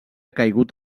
caigut